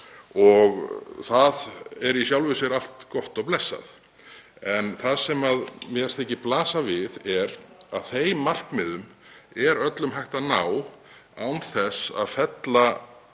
Það er í sjálfu sér allt gott og blessað. En það sem mér þykir blasa við er að þeim markmiðum er öllum hægt að ná án þess að veita